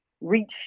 reach